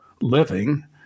living